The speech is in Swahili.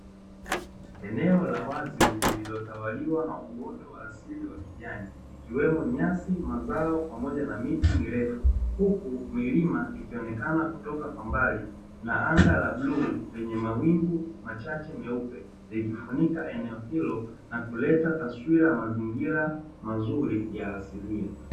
Eneo la wazi lililotawaliwa na uwoto wa asili wa kijani ikiwemo nyasi, mazao pamoja na miti mirefu, huku milima ikionekana kutoka kwa mbali na anga la bluu, lenye mawingu machache meupe, likifunika eneo hilo na kuleta taswira ya mazingira mazuri ya asilia.